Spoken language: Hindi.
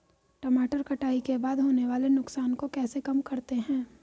टमाटर कटाई के बाद होने वाले नुकसान को कैसे कम करते हैं?